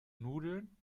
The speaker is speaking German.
nudeln